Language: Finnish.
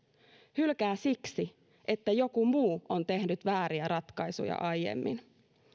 hylkää siksi että joku muu on tehnyt vääriä ratkaisuja aiemmin